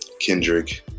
Kendrick